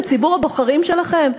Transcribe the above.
את ציבור הבוחרים שלכם?